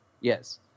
Yes